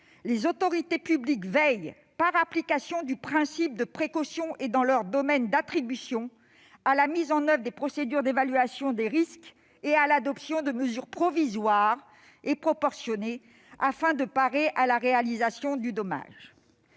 les autorités publiques veillent, par application du principe de précaution et dans leurs domaines d'attributions, à la mise en oeuvre de procédures d'évaluation des risques et à l'adoption de mesures provisoires et proportionnées afin de parer à la réalisation du dommage.